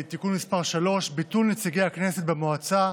(תיקון מס' 3) (ביטול נציגי הכנסת במועצה),